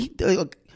look